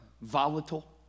volatile